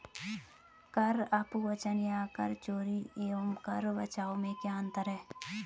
कर अपवंचन या कर चोरी एवं कर बचाव में क्या अंतर है?